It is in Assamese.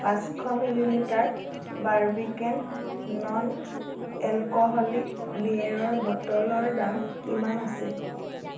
পাঁচশ মিলিলিটাৰ বাৰ্বিকেন নন এলক'হলিক বিয়েৰৰ বটলৰ দাম কিমান আছিল